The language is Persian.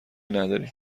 نداریم